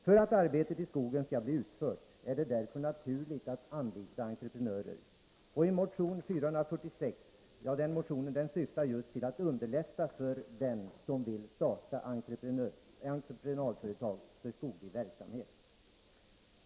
För att arbetet i skogen skall bli utfört, är det därför naturligt att man anlitar entreprenörer, och motion 446 syftar just till att underlätta för den som vill starta entreprenadföretag för skoglig verksamhet.